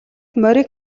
морийг